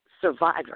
Survivor